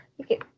Okay